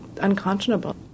unconscionable